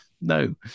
no